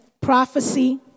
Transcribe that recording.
Prophecy